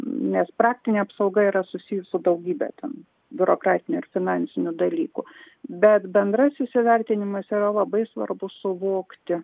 nes praktinė apsauga yra susijus su daugybe ten biurokratinių ir finansinių dalykų bet bendrasis įvertinimas yra labai svarbu suvokti